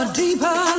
deeper